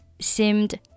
seemed